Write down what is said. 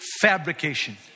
fabrication